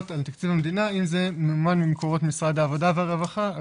על תקציב המדינה אם זה ממומן ממקורות משרד העבודה והרווחה.